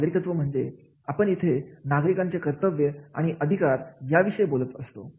नागरिकत्व म्हणजे आपण इथे नागरिकांचे कर्तव्य आणि अधिकार याविषयी बोलत असतो